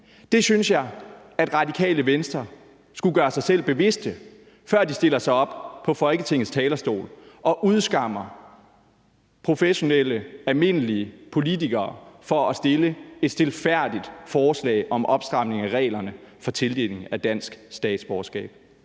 Det synes jeg at Radikale Venstre skulle gøre sig bevidst, før man stiller sig op på Folketingets talerstol og udskammer professionelle, almindelige politikere for at fremsætte et stilfærdigt forslag om opstramning af reglerne for tildeling af dansk statsborgerskab.